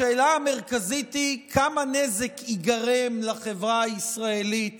השאלה המרכזית היא כמה נזק ייגרם לחברה הישראלית